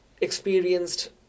experienced